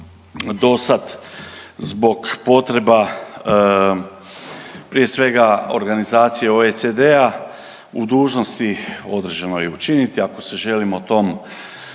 do sad zbog potreba prije svega organizacije OECD-a u dužnosti određenoj i učiniti. Ako se želimo tom